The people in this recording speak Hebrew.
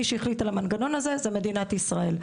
מי שהחליט על המנגנון הזה זה מדינת ישראל.